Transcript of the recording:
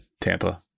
Tampa